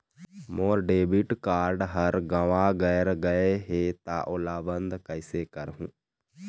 मोर debit card हर गंवा गैर गए हे त ओला बंद कइसे करहूं?